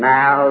Now